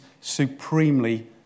supremely